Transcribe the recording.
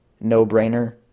no-brainer